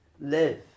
live